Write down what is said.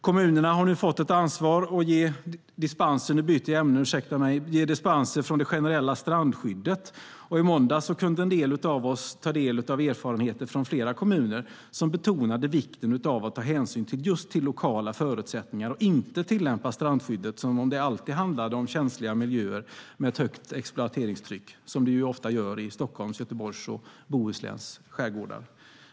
Kommunerna har nu fått ett ansvar att ge dispenser - nu byter jag ämne - från det generella strandskyddet, och i måndags kunde en del av oss ta del av erfarenheter från flera kommuner som just betonade vikten av att ta hänsyn till lokala förutsättningar och inte tillämpa strandskyddet som om det alltid handlade om känsliga miljöer med högt exploateringstryck, som fallet ofta är i Stockholms, Göteborgs och Bohusläns skärgårdar.